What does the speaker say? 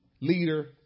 leader